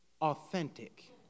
authentic